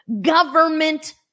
government